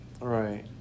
Right